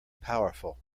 powerful